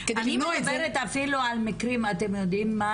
אתם יודעים מה